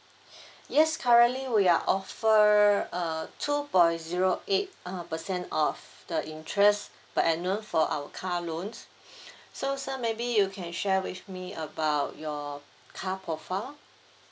yes currently we are offer uh two point zero eight uh percent of the interest per annum for our car loans so sir maybe you can share with me about your car profile